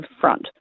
front